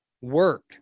work